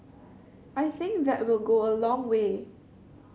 I think that will go a long way